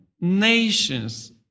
nations